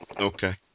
Okay